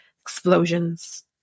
explosions